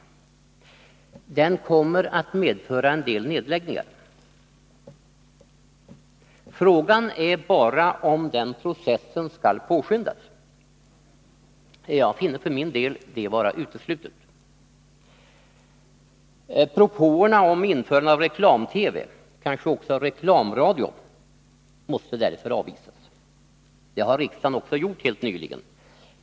Den kommer att medföra en del nedläggningar. Frågan är bara om processen skall påskyndas. Jag finner detta vara uteslutet. Propåerna om införande av reklam-TV, kanske också reklamradio, måste därför avvisas. Det har riksdagen också gjort helt nyligen.